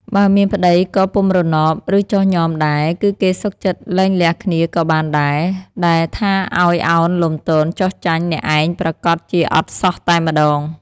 បើមានប្តីក៏ពុំរណប ឬចុះញ៉មដែរ គឺគេសុខចិត្តលែងលះគ្នាដ៏បានដែរ ដែលថាឱ្យឱនលំទោនចុះចាញ់អ្នកឯងប្រាកដជាអត់សោះតែម្តង។